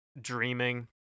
dreaming